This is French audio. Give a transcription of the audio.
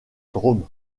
drôme